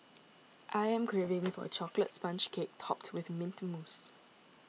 I am craving for a Chocolate Sponge Cake Topped with Mint Mousse